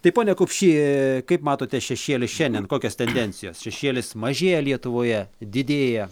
tai pone kupšį kaip matote šešėlis šiandien kokios tendencijos šešėlis mažėja lietuvoje didėja